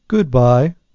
goodbye